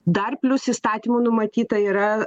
dar plius įstatymų numatyta yra